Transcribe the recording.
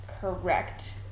correct